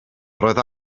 roedd